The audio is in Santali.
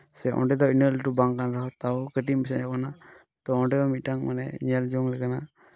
ᱥᱮ ᱚᱸᱰᱮ ᱫᱚ ᱤᱱᱟᱹᱜ ᱞᱟᱹᱴᱩ ᱵᱟᱝ ᱠᱟᱱ ᱨᱮᱦᱚᱸ ᱛᱟᱣ ᱠᱟᱹᱴᱤᱡ ᱮᱢ ᱥᱮᱱ ᱜᱚᱫ ᱮᱱᱟ ᱛᱚ ᱚᱸᱰᱮ ᱢᱤᱫᱴᱟᱝ ᱚᱸᱰᱮ ᱧᱮᱞ ᱡᱚᱝ ᱞᱮᱠᱟᱱᱟᱜ